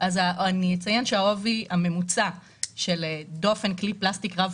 אציין שהעובי הממוצע של דופן כלי פלסטיק רב